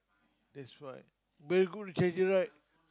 that's right very good to treasure right